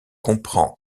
comprend